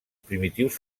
primitius